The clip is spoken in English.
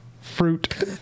fruit